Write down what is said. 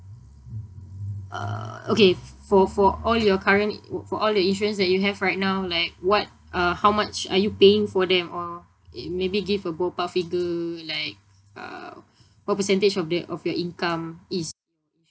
uh okay f~ for for all your current i~ for all your insurance that you have right now like what uh how much are you paying for them or i~ maybe give a ballpark figure like um what percentage of the of your income is